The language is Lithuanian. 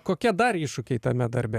kokie dar iššūkiai tame darbe